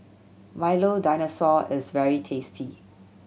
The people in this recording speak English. Milo Dinosaur is very tasty